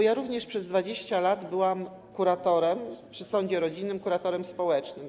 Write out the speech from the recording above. Ja również przez 20 lat byłam kuratorem przy sądzie rodzinnym, kuratorem społecznym.